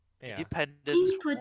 independent